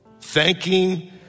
Thanking